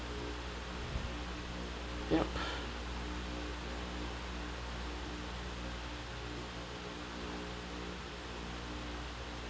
yup